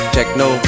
Techno